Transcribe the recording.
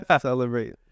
celebrate